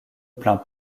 plains